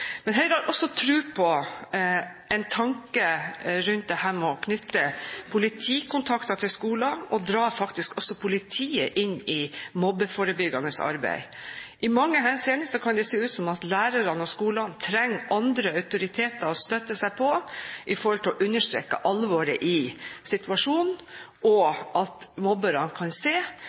og å trekke også politiet inn i mobbeforebyggende arbeid. I mange henseende kan det se ut som at lærerne og skolene trenger andre autoriteter å støtte seg på for å understreke alvoret i situasjonen, slik at mobberne kan se